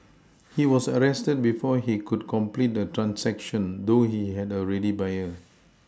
he was arrested before he could complete the transaction though he had a ready buyer